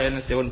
5 6